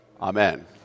amen